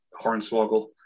Hornswoggle